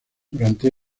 durante